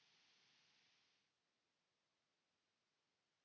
Kiitos